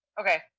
okay